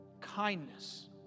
kindness